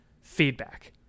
feedback